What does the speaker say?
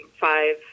five